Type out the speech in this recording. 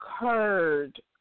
occurred